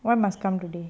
why must come today